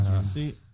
See